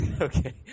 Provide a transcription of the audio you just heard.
Okay